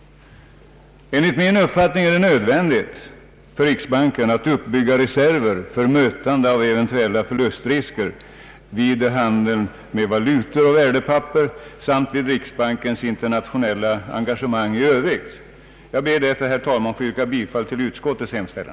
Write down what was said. Enligt min uppfattning är det nödvändigt för riksbanken att uppbygga reserver för mötande av eventuella förluster i handeln med valutor och värdepapper samt vid riksbankens internationella engagemang i övrigt. Jag ber därför, herr talman, att få yrka bifall till utskottets hemställan.